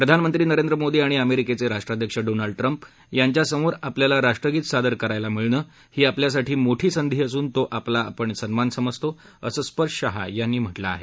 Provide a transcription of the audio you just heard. प्रधानमंत्री नरेंद्र मोदी आणि अमेरिकेचे राष्ट्राध्यक्ष डोनाल्ड ट्रम्प यांच्यासमोर आपल्याला राष्ट्रगीत सादर करायला मिळणं ही आपल्यासाठी मोठी संधी असून तो आपण आपला सन्मान समजतो असं स्पर्श शहा यांनी म्हटलं आहे